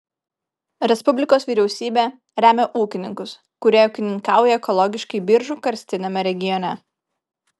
respublikos vyriausybė remia ūkininkus kurie ūkininkauja ekologiškai biržų karstiniame regione